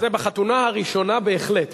זה בחתונה הראשונה בהחלט,